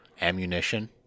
ammunition